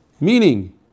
meaning